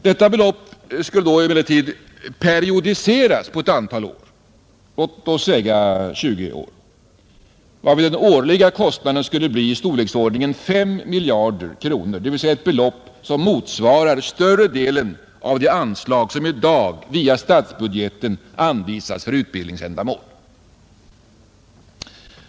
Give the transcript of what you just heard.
Detta belopp skall emellertid periodiseras på ett antal år, låt säga tjugo, varvid den årliga kostnaden skulle bli i storleksordningen 5 miljarder kronor, dvs. ett belopp som motsvarar större delen av det anslag som i dag via statsbudgeten anvisas för utbildningsändamål.